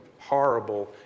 horrible